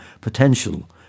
potential